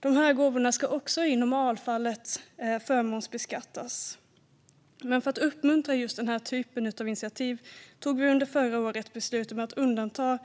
Dessa gåvor ska också i normalfallet förmånsbeskattas, men för att uppmuntra den här typen av initiativ tog vi under förra året beslut om att undanta